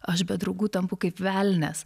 aš be draugų tampu kaip velnias